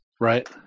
Right